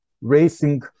racing